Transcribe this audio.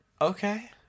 Okay